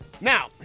Now